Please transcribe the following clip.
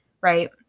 right